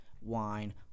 wine